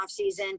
offseason